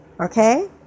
Okay